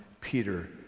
Peter